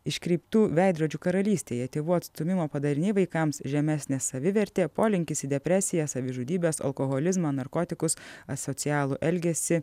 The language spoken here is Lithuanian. iškreiptų veidrodžių karalystėje tėvų atstūmimo padariniai vaikams žemesnė savivertė polinkis į depresiją savižudybes alkoholizmą narkotikus asocialų elgesį